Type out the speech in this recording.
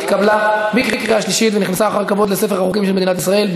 התקבלה בקריאה שלישית ונכנסה אחר כבוד לספר החוקים של מדינת ישראל.